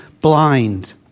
blind